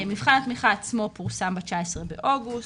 מבחן התמיכה עצמו פורסם בתשעה עשרה באוגוסט,